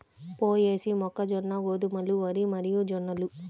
పొయేసీ, మొక్కజొన్న, గోధుమలు, వరి మరియుజొన్నలు